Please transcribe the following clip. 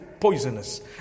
poisonous